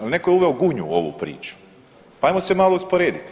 Ali netko je uveo Gunju u ovu priču, pa ajmo se malo usporediti.